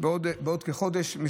בעוד כחודש.